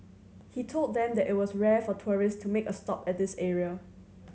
he told them that it was rare for tourists to make a stop at this area